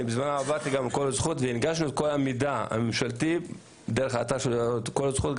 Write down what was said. בזמנו עבדתי איתם והנגשנו את כל המידע הממשלתי דרך אתר "כל זכות".